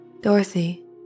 Dorothy